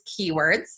keywords